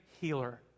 healer